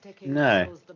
No